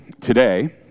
today